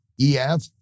EF